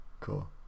cool